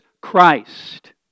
Christ